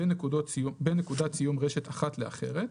בין נקודת סיום רשת אחת לאחרת,